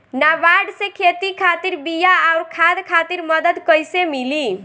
नाबार्ड से खेती खातिर बीया आउर खाद खातिर मदद कइसे मिली?